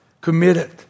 committed